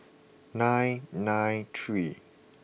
nine nine three